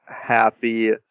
happy